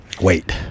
wait